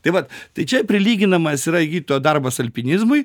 tai vat tai čia prilyginamas yra gydytojo darbas alpinizmui